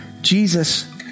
Jesus